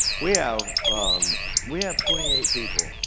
we yeah um we have twenty eight people.